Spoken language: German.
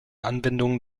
anwendung